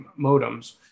modems